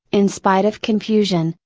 in spite of confusion,